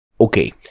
Okay